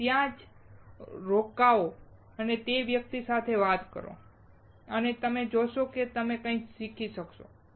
બસ ત્યાં જ રોકાઓ તે વ્યક્તિ સાથે વાત કરો અને તમે જોશો કે તમે કંઇક શીખી શકશો